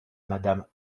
madame